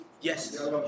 Yes